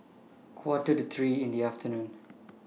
Quarter to three in The afternoon